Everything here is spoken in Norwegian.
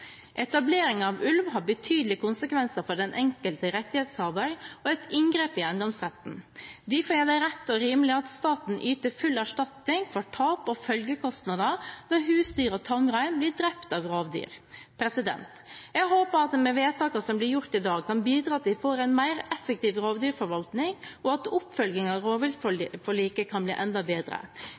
Etablering av ulv har betydelige konsekvenser for den enkelte rettighetshaver og er et inngrep i eiendomsretten. Derfor er det rett og rimelig at staten yter full erstatning for tap og følgekostnader når husdyr og tamrein blir drept av rovdyr. Jeg håper at vi med vedtakene som gjøres i dag, kan bidra til at vi får en mer effektiv rovdyrforvaltning, og at oppfølgingen av rovviltforliket kan bli enda bedre.